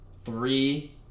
three